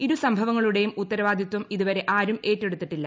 ഇരു സംഭവങ്ങളുടെയും ഉത്തരവാദിത്വം ഇതുവരെ ആരും ഏറ്റെടുത്തിട്ടില്ല